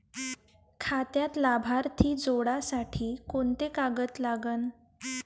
खात्यात लाभार्थी जोडासाठी कोंते कागद लागन?